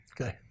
okay